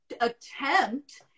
attempt